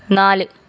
നാല്